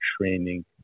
training